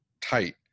tight